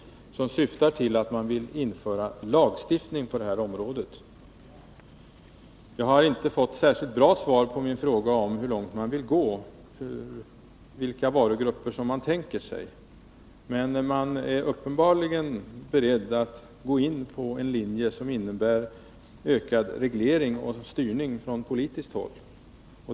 Syftet är nu att införa lagstiftning på detta område. Jag har inte fått ett särskilt bra svar på min fråga om hur långt man vill gå, om vilka varugrupper man avser. Man är uppenbarligen beredd att slå in på en linje som innebär en ökad reglering och styrning från politiskt håll.